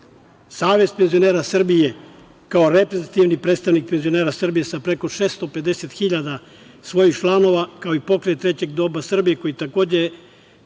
penzionera Srbije, kao reprezentativni predstavnik penzionera Srbije sa preko 650 hiljada svojih članova, kao i „Pokret trećeg doba Srbije“, koji je takođe